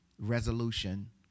resolution